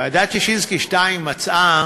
ועדת ששינסקי 2 מצאה